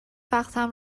وقتم